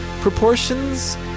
proportions